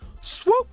Swoop